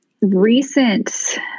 recent